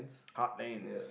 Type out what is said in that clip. heartlands